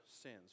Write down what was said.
sins